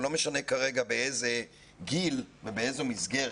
ולא משנה כרגע באיזה גיל ובאיזו מסגרת,